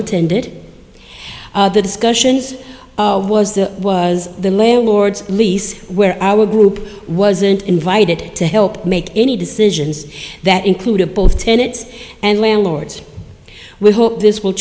attended the discussions of was the was the landlord's lease where our group wasn't invited to help make any decisions that included both tenets and landlords we hope this will